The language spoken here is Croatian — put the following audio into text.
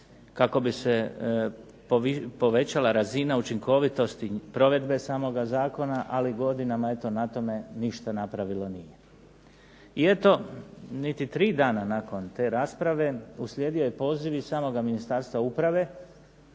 kako bi se povećala razina učinkovitosti provedbe samoga zakona. Ali godinama eto na tome ništa napravilo nije. I eto, niti tri dana nakon te rasprave uslijedio je poziv iz samoga Ministarstva uprave